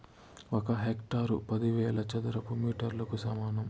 ఒక హెక్టారు పదివేల చదరపు మీటర్లకు సమానం